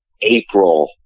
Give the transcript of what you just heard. april